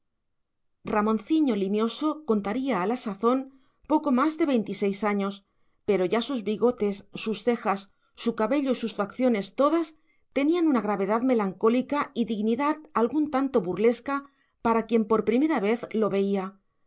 tradicionalista ramonciño limioso contaría a la sazón poco más de veintiséis años pero ya sus bigotes sus cejas su cabello y sus facciones todas tenían una gravedad melancólica y dignidad algún tanto burlesca para quien por primera vez lo veía